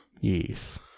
Yes